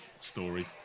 story